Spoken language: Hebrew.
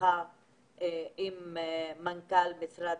גם בתשתיות